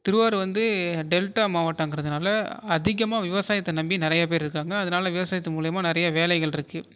திருவாரூர் வந்து டெல்டா மாவட்டங்கிறதுனால அதிகமாக விவசாயத்தை நம்பி நிறைய பேர் இருக்காங்க அதனால் விவசாயத்து மூலிமா நிறைய வேலைகளிருக்கு